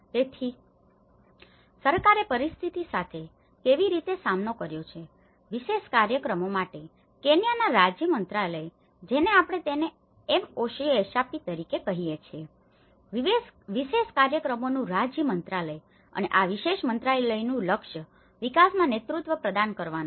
તેથી સરકારે પરિસ્થિતિ સાથે કેવી રીતે સામનો કર્યો છે વિશેષ કાર્યક્રમો માટે કેન્યાના રાજ્ય મંત્રાલય જેને આપણે તેને એમઓએશએશપી તરીકે કહીએ છીએ વિશેષ કાર્યક્રમોનું રાજ્ય મંત્રાલય અને આ વિશેષ મંત્રાલયનું લક્ષ્ય વિકાસમાં નેતૃત્વ પ્રદાન કરવાનું છે